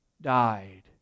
died